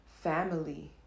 family